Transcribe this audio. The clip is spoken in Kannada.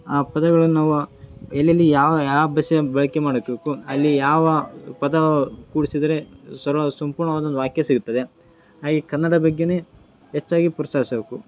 ಆ ಪದಗಳನ್ನು ನಾವು ಎಲ್ಲೆಲ್ಲಿ ಯಾವ ಯಾವ ಬೆಸ ಬಳಕೆ ಮಾಡಬೇಕು ಅಲ್ಲಿ ಯಾವ ಪದ ಕೂಡಿಸಿದರೆ ಸರ್ವ ಸಂಪೂರ್ಣವಾದ ಒಂದು ವಾಕ್ಯ ಸಿಗುತ್ತದೆ ಹಾಗೆ ಕನ್ನಡ ಬಗ್ಗೆನೇ ಹೆಚ್ಚಾಗಿ ಪ್ರೋತ್ಸಾಹಿಸಬೇಕು